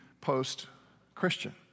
post-Christian